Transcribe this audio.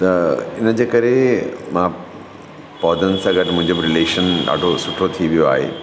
त इन्हनि जे करे मां पौधनि सां गॾु मुंहिंजो बि रिलेशन ॾाढो सुठो थी वियो आहे